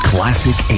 Classic